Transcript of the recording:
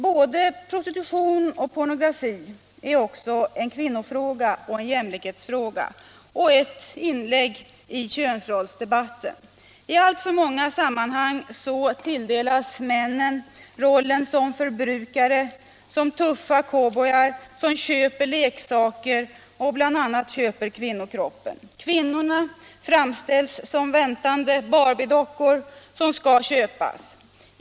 Både prostitutionen och pornografin är också kvinnofrågor och jämlikhetsfrågor och innebär inlägg i könsrollsdebatten. I alltför många sammanhang tilldelas männen en roll som förbrukare, som tuff cowboy, som köper leksaker och också köper kvinnokroppen. Kvinnorna framställs som väntande Barbiedockor som skall köpas.